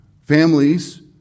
Families